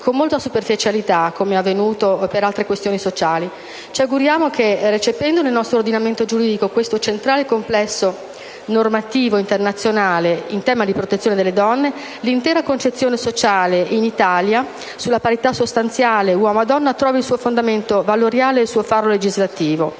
con molta superficialità, come è avvenuto per altre questioni sociali. Ci auguriamo che, recependo nel nostro ordinamento giuridico questo centrale complesso normativo internazionale in tema di protezione delle donne, l'intera concezione sociale in Italia sulla parità sostanziale uomo-donna trovi il suo fondamento valoriale e il suo faro legislativo.